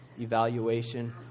evaluation